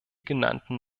genannten